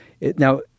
Now